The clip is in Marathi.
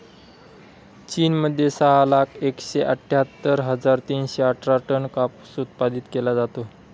चीन मध्ये सहा लाख एकशे अठ्ठ्यातर हजार तीनशे अठरा टन कापूस उत्पादित केला जातो